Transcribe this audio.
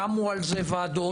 קמו על זה ועדות,